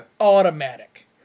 Automatic